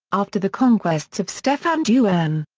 after the conquests of stefan dusan.